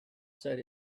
said